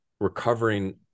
recovering